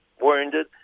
wounded